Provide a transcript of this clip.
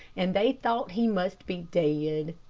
and they thought he must be dead.